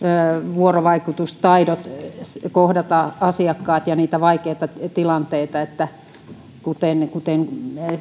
vuorovaikutustaidot kohdata asiakkaat ja niitä vaikeita tilanteita niin että